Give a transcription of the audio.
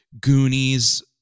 Goonies